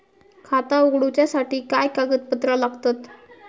खाता उगडूच्यासाठी काय कागदपत्रा लागतत?